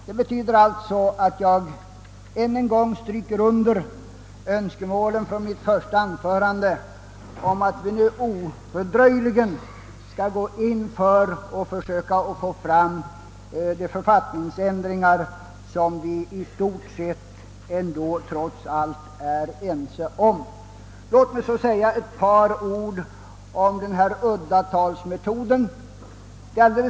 Det betyder att jag än en gång understryker önskemålen från mitt första anförande om att vi ofördröjligen skall försöka få fram de författningsändringar som vi trots allt i stort sett är ense om. Låt mig säga ett par ord om uddatalsmetoden.